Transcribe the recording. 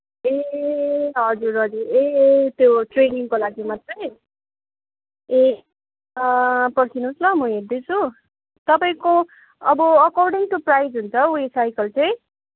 ए हजुर हजुर ए त्यो ट्रेनिङको लागि मात्रै ए पर्खिनुहोस् ल म हेर्दैछु तपाईँको अब अकर्डिङ टु प्राइस हुन्छ हौ यो साइकल चाहिँ